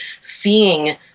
seeing